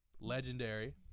legendary